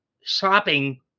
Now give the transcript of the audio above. shopping